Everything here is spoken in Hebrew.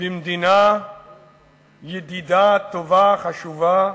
במדינה ידידה טובה, חשובה,